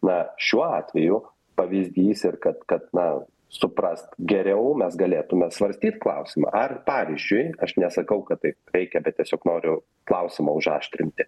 na šiuo atveju pavyzdys ir kad kad na suprask geriau mes galėtume svarstyt klausimą ar pavyzdžiui aš nesakau kad taip reikia bet tiesiog noriu klausimą užaštrinti